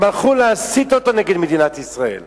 הם הלכו להסית אותו נגד מדינת ישראל.